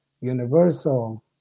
universal